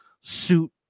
suit